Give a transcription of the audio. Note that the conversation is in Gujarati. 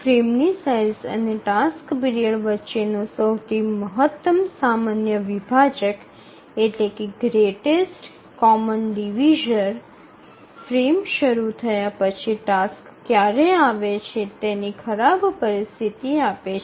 ફ્રેમની સાઇઝ અને ટાસ્ક પીરિયડ વચ્ચેનો સૌથી મહત્તમ સામાન્ય વિભાજક ફ્રેમ શરૂ થયા પછી ટાસ્ક ક્યારે આવે છે તેની ખરાબ પરિસ્થિતિ આપે છે